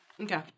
Okay